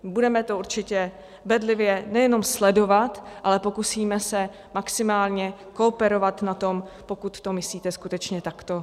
Budeme to určitě bedlivě nejenom sledovat, ale pokusíme se maximálně kooperovat na tom, pokud to myslíte skutečně takto vážně.